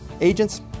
Agents